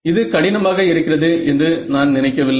இது கடினமாக இருக்கிறது என்று நான் நினைக்கவில்லை